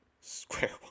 Square